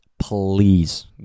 please